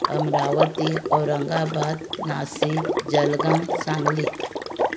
Amravati Aurangabad Nashik Jalgaon Sangli